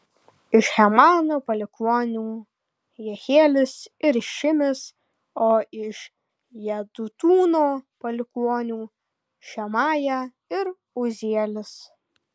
iš hemano palikuonių jehielis ir šimis o iš jedutūno palikuonių šemaja ir uzielis